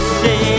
say